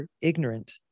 ignorant